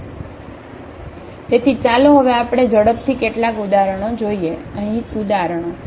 તેથી ચાલો હવે આપણે ઝડપથી કેટલાક ઉદાહરણો ને જોઈએ અહીં ઉદાહરણો